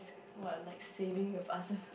what like saving your